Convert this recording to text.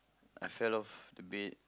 I fell off a bit